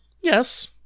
Yes